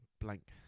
Blank